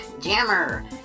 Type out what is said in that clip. Jammer